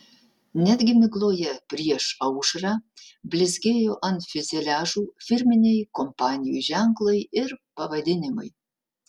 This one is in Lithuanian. netgi migloje prieš aušrą blizgėjo ant fiuzeliažų firminiai kompanijų ženklai ir pavadinimai